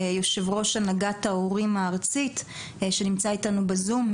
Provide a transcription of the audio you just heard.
יושב ראש הנהגת ההורים הארצית שנמצא איתנו בזום.